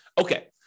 Okay